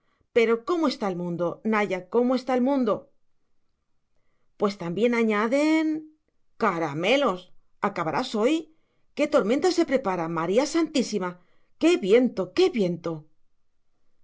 pero cómo está el mundo naya cómo está el mundo pues también añaden caramelos acabarás hoy qué tormenta se prepara maría santísima qué viento qué viento